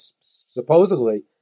supposedly